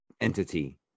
entity